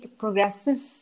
progressive